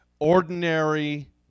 ordinary